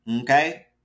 Okay